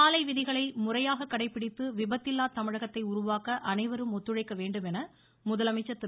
சாலை விதிகளை முறையாக கடைப்பிடித்து விபத்தில்லா தமிழகத்தை உருவாக்க அனைவரும் ஒத்துழைக்க வேண்டும் என முதலமைச்சர் திரு